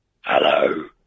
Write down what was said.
Hello